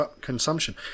consumption